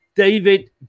David